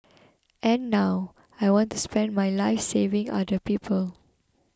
and now I want to spend my life saving other people